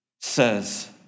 says